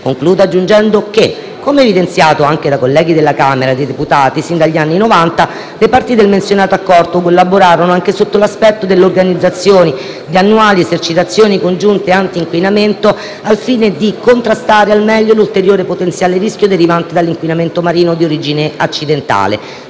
Concludo aggiungendo che, come evidenziato anche da colleghi della Camera dei deputati, sin dagli anni Novanta, le parti del menzionato Accordo, collaborano anche sotto l'aspetto dell'organizzazione di annuali esercitazioni congiunte anti-inquinamento al fine di contrastare al meglio l'ulteriore potenziale rischio derivante dall'inquinamento marino di origine accidentale.